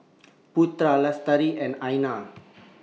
Putra Lestari and Aina